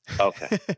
okay